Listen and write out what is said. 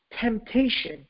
temptation